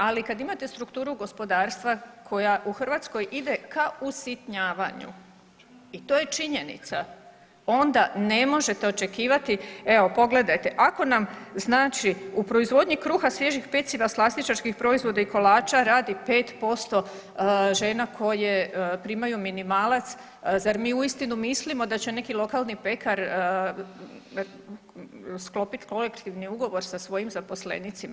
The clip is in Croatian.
Ali kada imate strukturu gospodarstva koja u Hrvatskoj ide ka usitnjavanju i to je činjenica onda ne možete očekivati, evo pogledajte ako nam u proizvodnji kruha, svježih peciva, slastičarskih proizvoda i kolača radi 5% žena koje primaju minimalac, zar mi uistinu mislimo da će neki lokalni pekar sklopit kolektivni ugovor sa svojim zaposlenicima.